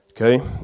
okay